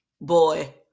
boy